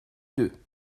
deux